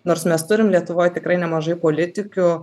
nors mes turim lietuvoj tikrai nemažai politikių